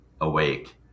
awake